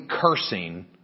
cursing